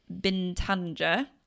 bintanja